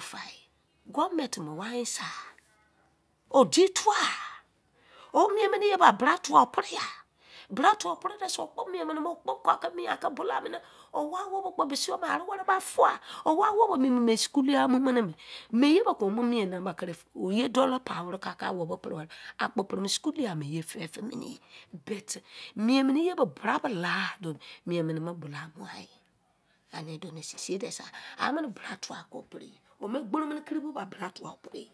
fa e gobernment wẹrẹ answer odi tuwo o mien mẹnẹ iye bọ bra tuwa wọ pre a? Bra tuwa wo pre sẹ wo kpo kọ ke miẹn ko bulọu munẹ wọ wowạbọ kpo bisẹ yọụ arẹ wẹrẹ ba fuwa wọwabọ mẹ miẹn mi mẹ scholar mụmẹnẹ mẹ mẹ iyẹ bọ ke wọ mọ mien ba kere iyẹ dolọr pai were ke awọbọ pre wẹrẹ timi okpo wẹrẹ school iye fẹfẹ mẹnẹ ye but mien mẹnẹ iyẹ bọ brakẹ la dọ ni mien mẹnẹ bulọu a mughan e anẹ do nị sei sei dẹ seri a mẹnẹ bra tuwa kọ wọ preyẹ wọ mẹ gboro kiri bọ bọ bra tuwa wọ preyẹ,